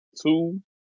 two